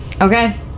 Okay